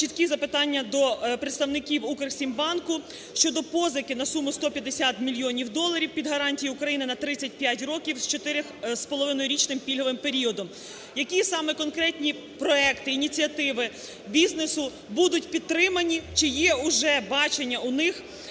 чіткі запитання до представників "Укрексімбанку" щодо позики на суму 150 мільйонів доларів під гарантії України на 35 років з 4,5-річним пільговим періодом, які саме конкретні проекти, ініціативи бізнесу будуть підтримані? Чи є уже бачення у них